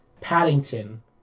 Paddington